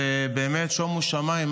ובאמת שומו שמיים,